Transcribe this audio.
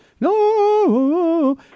No